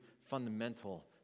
fundamental